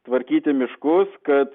tvarkyti miškus kad